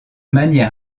manière